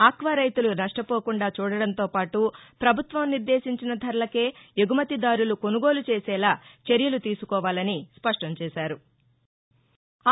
aqua రైతులు నష్టపోకుండా చూడటంతో పాటు ప్రభుత్వం నిర్దేశించిన ధరలకే ఎగుమతిదారులు కొనుగోలు చేసేలా చర్యలు తీసుకోవాలని స్పష్టం చేశారు